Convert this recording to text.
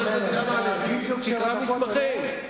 תקרא מסמכים.